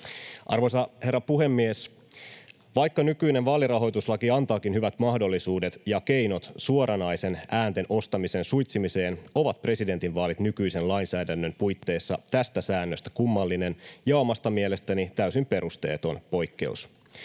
Arvoisa herra puhemies! Vaikka nykyinen vaalirahoituslaki antaakin hyvät mahdollisuudet ja keinot suoranaisen äänten ostamisen suitsimiseen, ovat presidentinvaalit nykyisen lainsäädännön puitteissa tästä säännöstä kummallinen ja omasta mielestäni täysin perusteeton poikkeus.